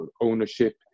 ownership